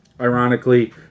ironically